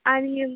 आणि अन्